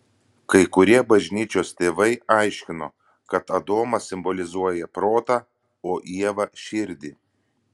kai kurie bažnyčios tėvai aiškino kad adomas simbolizuoja protą o ieva širdį